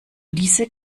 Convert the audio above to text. diese